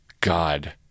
God